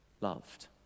loved